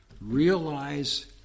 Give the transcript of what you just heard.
Realize